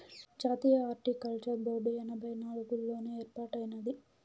జాతీయ horticulture board ఎనభై నాలుగుల్లోనే ఏర్పాటైనాది